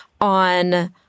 on